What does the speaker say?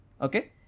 Okay